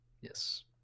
Yes